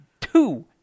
two